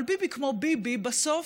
אבל ביבי כמו ביבי, בסוף,